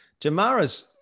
Jamara's